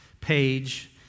page